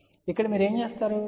కాబట్టి ఇక్కడ మీరు ఏమి చేస్తారు